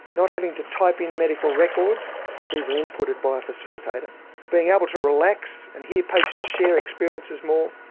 not having to type in medical records these are inputted by a facilitator being able to relax and hear patients share experiences more,